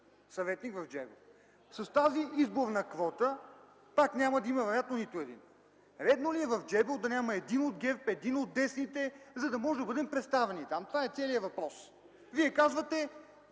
съветник в Джебел. С тази изборна квота пак няма да има вероятно нито един! Редно ли е в Джебел да няма нито един от ГЕРБ, един от десните, за да можем да бъдем представени там? Това е целият въпрос. Вие казвате,